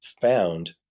found